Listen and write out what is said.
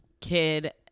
kid